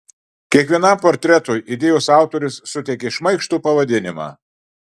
kiekvienam portretui idėjos autorius suteikė šmaikštų pavadinimą